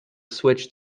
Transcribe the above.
switch